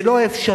זה לא אפשרי.